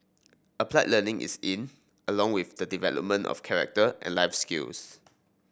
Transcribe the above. applied learning is in along with the development of character and life skills